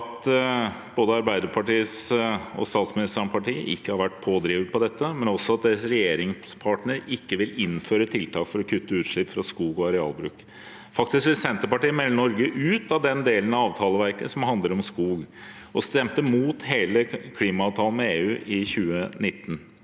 at Arbeiderpartiet, statsministerens parti, ikke har vært pådriver for dette, men også at regjeringspartneren ikke vil innføre tiltak for å kutte utslipp fra skog- og arealbruk. Faktisk vil Senterpartiet melde Norge ut av den delen av avtaleverket som handler om skog, og stemte mot hele klimaavtalen med EU i 2019.